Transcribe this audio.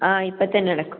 ആ ഇപ്പോൾ തന്നെ അടക്കും